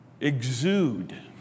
exude